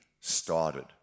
started